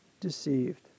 deceived